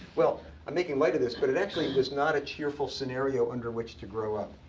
well i'm making light of this, but it actually was not a cheerful scenario under which to grow up.